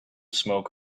smoke